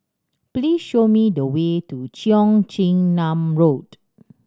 please show me the way to Cheong Chin Nam Road